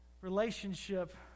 relationship